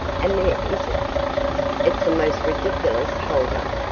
and there isn't. it's a most ridiculous hold-up,